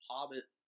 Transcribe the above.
Hobbit